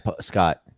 Scott